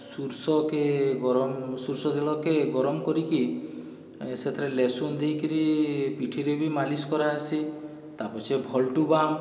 ସୁରସକେ ଗରମ ସୁରସ ତେଲକେ ଗରମ କରିକି ସେଥିରେ ଲେସୁନ୍ ଦେଇକିରି ପିଠିରେ ବି ମାଲିସ କରାହେସି ତାପଛେ ଭଲ୍ଟୁ ବାମ୍